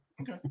Okay